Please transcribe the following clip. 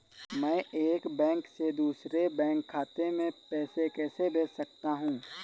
मैं एक बैंक से दूसरे बैंक खाते में पैसे कैसे भेज सकता हूँ?